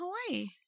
Hawaii